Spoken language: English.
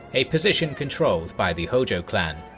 a position controlled by the hojo clan.